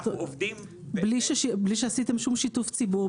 אנחנו עובדים --- בלי שעשיתם שום שיתוף ציבור,